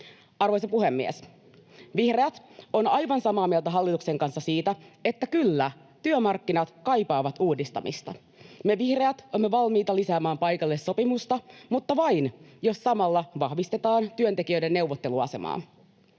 Arvoisa puhemies! Vihreät ovat aivan samaa mieltä hallituksen kanssa siitä, että kyllä, työmarkkinat kaipaavat uudistamista. Me vihreät olemme valmiita lisäämään paikallista sopimista, mutta vain, jos samalla vahvistetaan työntekijöiden neuvotteluasemaa.